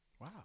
Wow